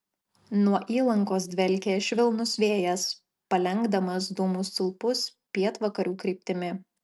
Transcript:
nuo įlankos dvelkė švelnus vėjas palenkdamas dūmų stulpus pietvakarių kryptimi